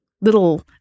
little